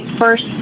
first